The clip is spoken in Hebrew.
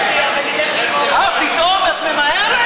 כוס מים.